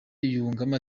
yungamo